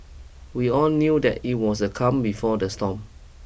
we all knew that it was the calm before the storm